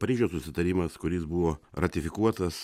paryžiaus susitarimas kuris buvo ratifikuotas